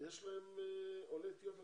יש עולי אתיופיה?